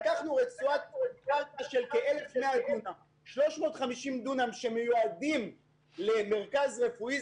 לקחנו רצועת קרקע של כ-1,100 דונם 350 דונם שמיועדים למרכז רפואי,